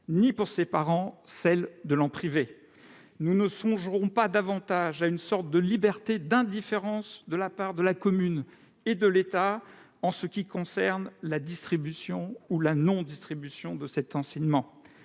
ni pour ses parents celle de l'en priver, nous ne songerons pas davantage à une sorte de liberté d'indifférence de la part de la commune et de l'État en ce qui concerne la distribution ou la non-distribution de cet enseignement.